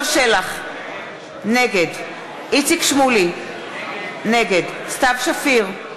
נגד איציק שמולי, נגד סתיו שפיר,